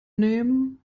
nehmen